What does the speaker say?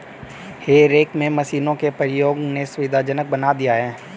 हे rake में मशीनों के प्रयोग ने सुविधाजनक बना दिया है